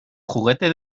juguete